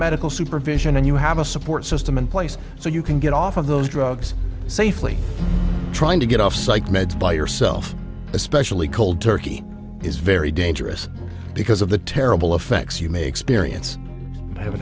medical supervision and you have a support system in place so you can get off on those drugs safely trying to get off psych meds by yourself especially cold turkey is very dangerous because of the terrible effects you may experience hav